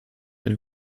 wenn